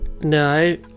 no